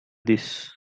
this